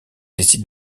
décide